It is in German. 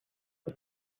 aus